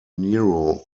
niro